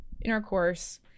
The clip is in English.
intercourse